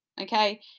Okay